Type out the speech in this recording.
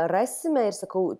rasime ir sakau